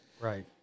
Right